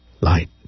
light